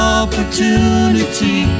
opportunity